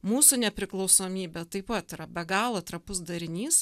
mūsų nepriklausomybė taip pat yra be galo trapus darinys